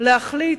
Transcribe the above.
להחליט